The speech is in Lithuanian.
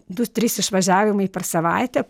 du trys išvažiavimai per savaitę